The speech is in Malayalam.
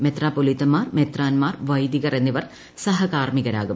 മെത്രാപ്പൊലീത്തമാർ മെത്രാൻമാർ വൈദികർ എന്നിവർ സഹകാർമികരാകും